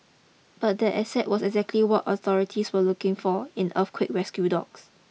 but that asset was exactly what authorities were looking for in earthquake rescue dogs